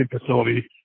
facility